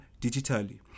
digitally